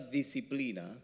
discipline